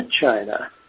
China